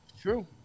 True